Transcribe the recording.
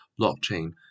blockchain